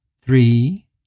three